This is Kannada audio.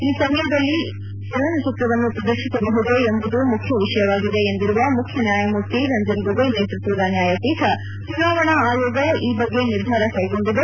ಈ ಸಮಯದಲ್ಲಿ ಚಲನಚಿತ್ರವನ್ನು ಪ್ರದರ್ಶಿಸಬಹುದೇ ಎಂಬುದು ಮುಖ್ಯ ವಿಷಯವಾಗಿದೆ ಎಂದಿರುವ ಮುಖ್ಯನ್ಯಾಯಮೂರ್ತಿ ರಂಜನ್ ಗೊಗೊಯ್ ನೇತೃತ್ವದ ನ್ಯಾಯಪೀಠ ಚುನಾವಣಾ ಆಯೋಗ ಈ ಬಗ್ಗೆ ನಿರ್ಧಾರ ಕೈಗೊಂಡಿದೆ